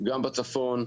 גם בצפון,